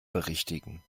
berichtigen